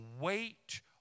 wait